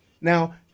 Now